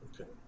Okay